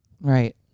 Right